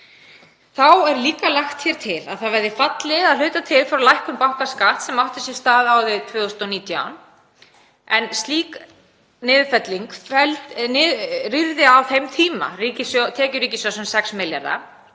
Þá er líka lagt til að það verði fallið að hluta til frá lækkun bankaskatts sem átti sér stað árið 2019 en slík niðurfelling rýrði á þeim tíma tekjur ríkissjóðs um 6 milljarða.